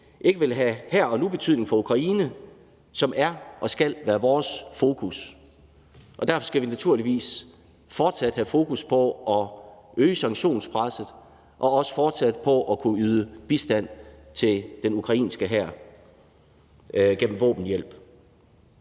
ikke vil have en her og nu-betydning for Ukraine, som er og skal være vores fokus, og derfor skal vi naturligvis fortsat have fokus på at øge sanktionspresset og også på at kunne yde bistand til den ukrainske hær gennem våbenhjælp.